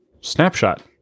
snapshot